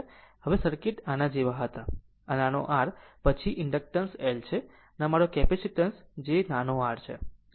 હવે સર્કિટ આના જેવા હતા આ છે આ નાનો r પછી ઇન્ડક્ટન્સ L છે અને પછી મારો કેપેસિટીન્સ એ છે કે આ નાનો r છે આ L છે